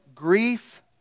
Grief